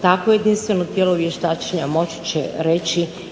takvo jedinstveno tijelo vještačenja moći